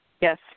Yes